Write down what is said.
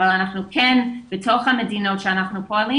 אבל אנחנו כן בתוך המדינות שאנחנו פועלים